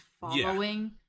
following